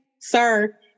Sir